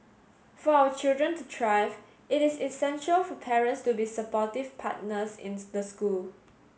for our children to thrive it is essential for parents to be supportive partners in the school